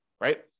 right